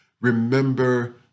Remember